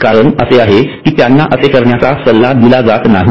एक कारण असे आहे की त्यांना असे करण्याचा सल्ला दिला जात नाही